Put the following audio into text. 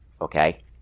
Okay